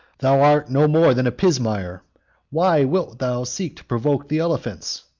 thou art no more than a pismire why wilt thou seek to provoke the elephants?